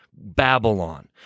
Babylon